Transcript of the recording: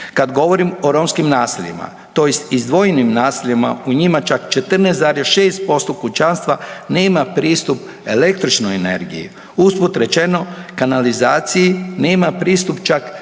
Kad govorim o romskim naseljima tj. izdvojenim naseljima, u njima čak 14,6% kućanstava nema pristup električnoj energiji. Usput rečeno, kanalizaciji nema pristup čak 73,3%